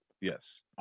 Yes